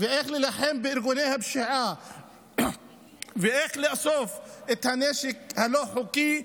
ואיך להילחם בארגוני הפשיעה ואיך לאסוף את הנשק הלא-חוקי,